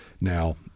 Now